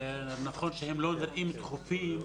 נכון שהם לא נראים דחופים,